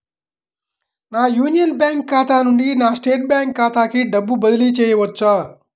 నా Union Bank ఖాతా నుండి నా స్టేట్ బ్యాంకు ఖాతాకి డబ్బు బదిలి చేయవచ్చా?